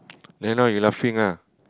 and now you laughing lah